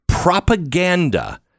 propaganda